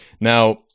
now